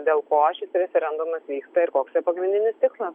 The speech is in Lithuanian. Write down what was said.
dėl ko šis referendumas vyksta ir koks jo pagrindinis tikslas